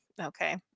Okay